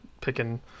picking